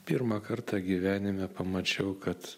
pirmą kartą gyvenime pamačiau kad